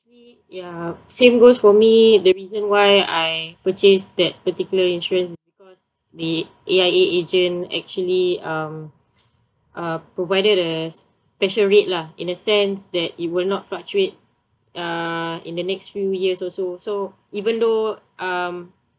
actually ya same goes for me the reason why I purchased that particular insurance is because the A_I_A agent actually um uh provided a special rate lah in the sense that it will not fluctuate uh in the next few years also so even though um